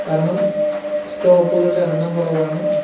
കാരണം സ്റ്റോപ്പുകളുടെ എണ്ണം കുറവാണ്